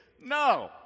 No